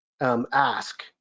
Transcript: ask